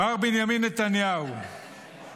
מר בנימין נתניהו "1.